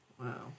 Wow